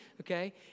Okay